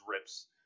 rips